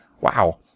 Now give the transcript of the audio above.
wow